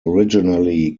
originally